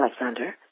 Alexander